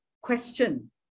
question